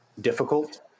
difficult